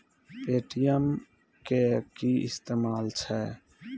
Paytm के कि इस्तेमाल छै?